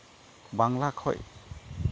ᱵᱟᱝᱞᱟ ᱠᱷᱚᱡ